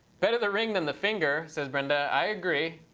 better the ring than the finger, says brenda. i agree.